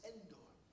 Endor